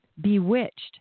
bewitched